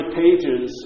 pages